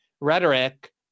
rhetoric